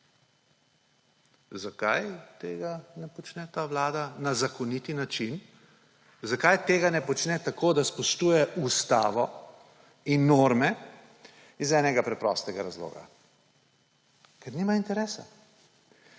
Zakaj tega ne počne ta vlada na zakonit način? Zakaj tega ne počne tako, da spoštuje ustavo in norme? Iz enega preprostega razloga: ker nima interesa.